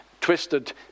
twisted